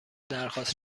درخواست